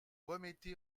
remettez